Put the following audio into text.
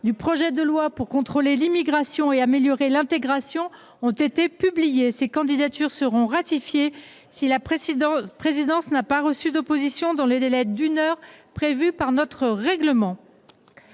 du projet de loi pour contrôler l’immigration, améliorer l’intégration, ont été publiées. Ces candidatures seront ratifiées si la présidence n’a pas reçu d’opposition dans le délai d’une heure prévu par notre règlement.